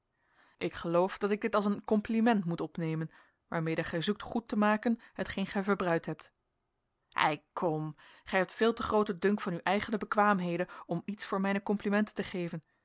ik geloof dat ik dit als een compliment moet opnemen waarmede gij zoekt goed te maken hetgeen gij verbruid hebt ei kom gij hebt veel te grooten dunk van uw eigene bekwaamheden om iets voor mijne complimenten te geven